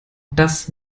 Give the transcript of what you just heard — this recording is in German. das